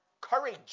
courage